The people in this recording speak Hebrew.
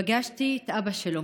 פגשתי את אבא שלו.